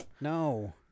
No